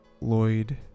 lloyd